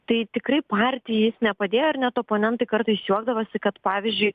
tai tikrai partijai jis nepadėjo ir net oponentai kartais juokdavosi kad pavyzdžiui